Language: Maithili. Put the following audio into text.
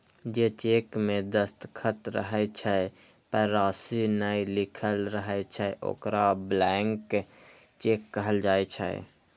जे चेक मे दस्तखत रहै छै, पर राशि नै लिखल रहै छै, ओकरा ब्लैंक चेक कहल जाइ छै